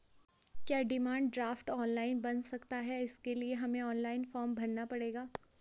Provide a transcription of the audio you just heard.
क्या demand draft online बन सकता है इसके लिए हमें ऑनलाइन फॉर्म भरना पड़ेगा?